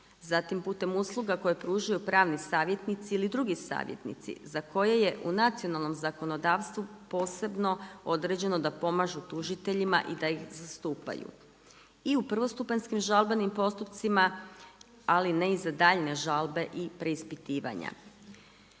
zatim putem usluga koje pružaju pravni savjetnici ili drugi savjetnici za koje je u nacionalnom zakonodavstvu posebno određeno da pomažu tužiteljima i da ih zastupaju. I u prvostupanjskim žalbenim postupcima, ali ne i za daljnje žalbe i preispitivanja.